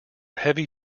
heavy